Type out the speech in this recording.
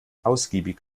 ausgiebig